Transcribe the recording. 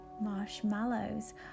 marshmallows